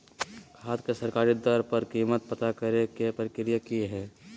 खाद के सरकारी दर पर कीमत पता करे के प्रक्रिया की हय?